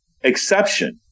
exception